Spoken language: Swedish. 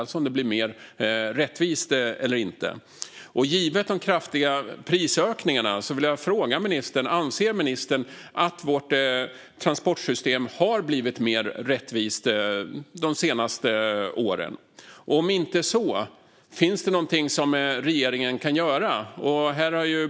Blir det mer rättvist eller inte? Givet de kraftiga prisökningarna vill jag fråga ministern: Anser ministern att vårt transportsystem har blivit mer rättvist de senaste åren? Om inte undrar jag: Finns det någonting som regeringen kan göra?